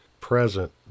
present